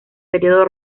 periodo